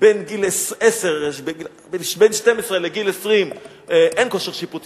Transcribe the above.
בין גיל 12 לגיל 20 אין כושר שיפוטי,